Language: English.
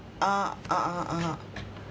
uh (uh huh) (uh huh)